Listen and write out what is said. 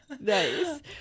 Nice